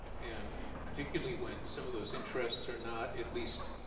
and particularly when some of those interests are not, at least